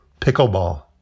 pickleball